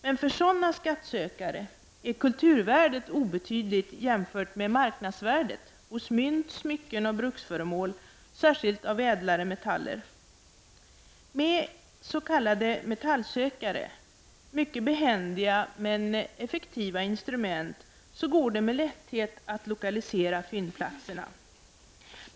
Men för dessa skattsökare är kulturvärdet obetydligt jämfört med marknadsvärdet hos mynt, smycken och bruksföremål, särskilt av ädlare metaller. Med s.k. metallsökare, ett mycket behändigt och effektivt instrument, går det med lätthet att lokalisera fyndplatserna.